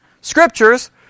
scriptures